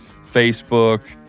Facebook